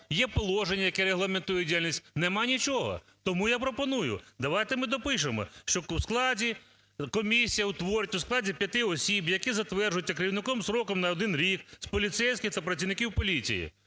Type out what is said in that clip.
є положення, яке регламентує діяльність? Нема нічого! Тому я пропоную, давайте ми допишемо, що в складі… комісія утворюється у складі 5 осіб, які затверджуються керівником строком на один рік з поліцейських та працівників поліції.